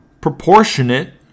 proportionate